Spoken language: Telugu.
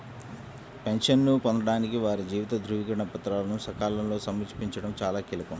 పెన్షన్ను పొందడానికి వారి జీవిత ధృవీకరణ పత్రాలను సకాలంలో సమర్పించడం చాలా కీలకం